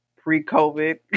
pre-COVID